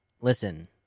listen